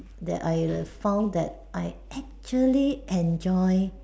that I'd found that I actually enjoy